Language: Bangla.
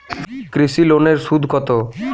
কৃষি লোনের সুদ কত?